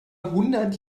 hundert